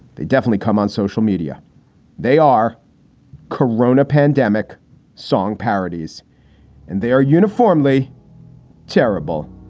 they definitely come on social media they are corona pandemic song parodies and they are uniformly terrible.